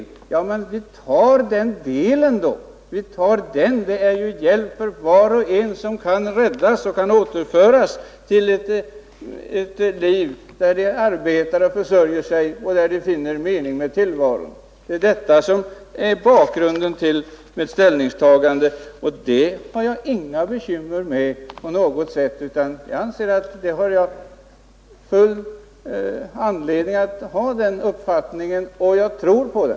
Men låt dem då ta den delen — det innebär ju hjälp för var och en som kan återföras till ett liv där han arbetar och försörjer sig och finner mening med tillvaron. Detta är bakgrunden till mitt ställningstagande, och det har jag inga bekymmer med. Jag anser att jag har full anledning att hysa den uppfattningen, och jag tror på den.